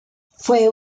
fue